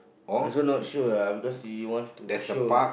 I also not sure ah because he want to show